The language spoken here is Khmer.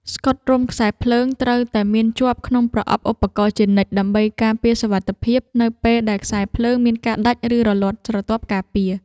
ស្កុតរុំខ្សែភ្លើងត្រូវតែមានជាប់ក្នុងប្រអប់ឧបករណ៍ជានិច្ច ដើម្បីការពារសុវត្ថិភាពនៅពេលដែលខ្សែភ្លើងមានការដាច់ ឬរលាត់ស្រទាប់ការពារ។